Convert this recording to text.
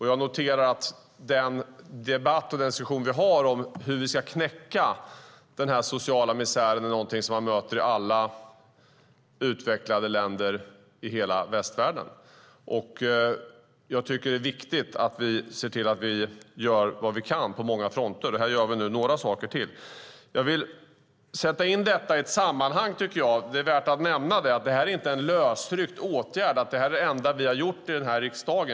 Jag noterar att den debatt och den sejour vi har om hur vi ska knäcka den sociala misären är någonting som man möter i alla utvecklade länder i hela västvärlden. Jag tycker att det är viktigt att vi ser till att vi gör vad vi kan på många fronter. Här gör vi nu några saker till. Jag vill sätta in detta i ett sammanhang. Det är värt att nämna att detta inte är en lösryckt åtgärd. Det är inte det enda vi har gjort i denna riksdag.